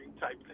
type